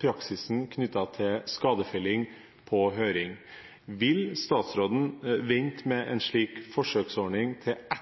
praksisen knyttet til skadefelling på høring. Vil statsråden vente med en slik forsøksordning til etter at